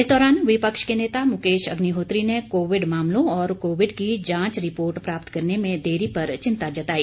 इस दौरान विपक्ष के नेता मुकेश अग्निहोत्री ने कोविड मामलों और कोविड की जांच रिपोर्ट प्राप्त करने में देरी पर चिंता जताई